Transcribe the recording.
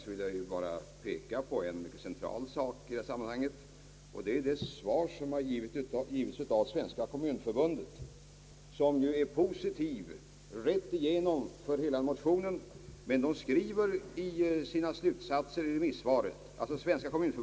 Jag vill med anledning härav peka på en central sak i detta sammanhang, nämligen det svar som har givits av majoriteten inom styrelsen för Svenska kommunförbundet, som genomgående intar en positiv ställning till hela motionen.